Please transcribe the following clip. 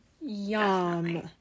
Yum